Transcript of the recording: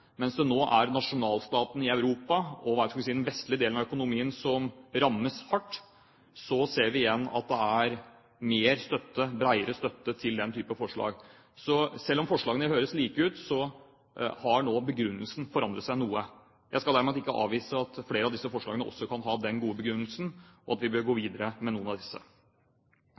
nå er det nasjonalstatene i Europa og den vestlige delen av økonomien som rammes hardt, og igjen ser vi at det er mer og bredere støtte til den type forslag. Så selv om forslagene høres like ut, har begrunnelsen nå forandret seg noe. Jeg skal derimot ikke avvise at flere av disse forslagene kan ha en god begrunnelse, og at vi bør gå videre med noen av